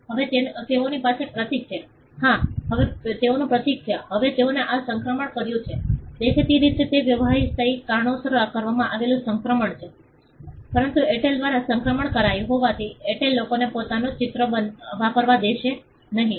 હવે તેઓની પાસે પ્રતીક છે હા હવે તેઓનું પ્રતીક છે હવે તેઓએ આ સંક્રમણ કર્યું છે દેખીતી રીતે તે વ્યવસાયિક કારણોસર કરવામાં આવેલુ સંક્રમણ હતું પરંતુ એરટેલ દ્વારા સંક્રમણ કરાયું હોવાથી એરટેલ લોકોને પોતાનું ચિહ્ન વાપરવા દેશે નહીં